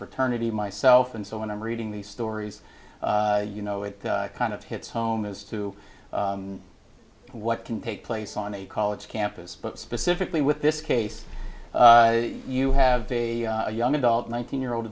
fraternity myself and so when i'm reading these stories you know it kind of hits home as to what can take place on a college campus but specifically with this case you have a young adult nineteen year old